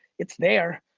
it's there,